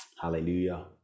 Hallelujah